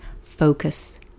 focus